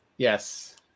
yes